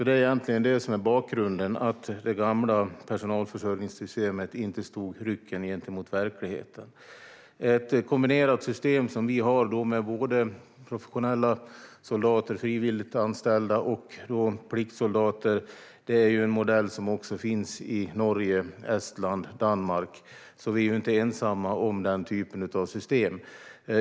Det är egentligen detta som är bakgrunden. Det gamla personalförsörjningssystemet stod inte rycken mot verkligheten. Ett kombinerat system som det vi har, med både professionella soldater - frivilligt anställda - och pliktsoldater, är en modell som också finns i Norge, Estland och Danmark, så vi är inte ensamma om den typen av system.